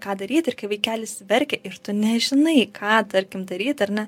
ką daryt ir kai vaikelis verkia ir tu nežinai ką tarkim daryt ar ne